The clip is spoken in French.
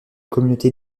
communauté